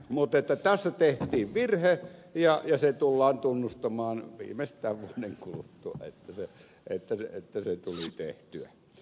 mutta tässä tehtiin virhe ja se tullaan tunnustamaan viimeistään vuoden kuluttua että se tuli tehtyä